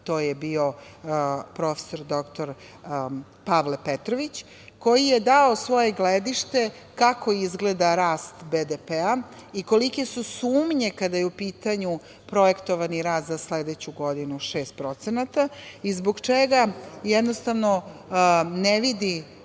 to je bio prof. dr Pavle Petrović, koji je dao svoje gledište kako izgleda rast BDP-a i kolike su sumnje kada je u pitanju projektovani rast za sledeću godinu – 6%, i zbog čega jednostavno ne vidi